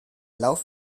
lauf